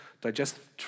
digestive